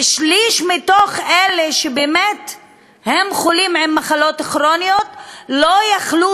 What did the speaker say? ושליש מאלה שחולים במחלות כרוניות לא יכלו